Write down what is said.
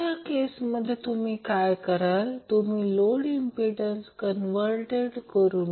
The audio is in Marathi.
तर फक्त तपासा फक्त मला ते अर्धे करू दे